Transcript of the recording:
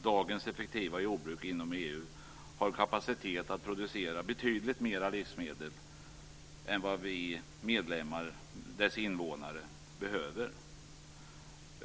Dagens effektiva jordbruk inom EU har kapacitet att producera betydligt mera livsmedel än vad vi medlemmar, dess invånare, behöver.